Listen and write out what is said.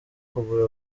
kugura